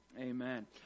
amen